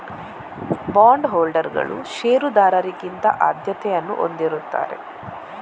bond ಹೋಲ್ಡರುಗಳು ಷೇರುದಾರರಿಗಿಂತ ಆದ್ಯತೆಯನ್ನು ಹೊಂದಿರುತ್ತಾರೆ